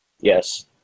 yes